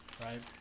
right